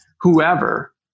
whoever